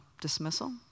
dismissal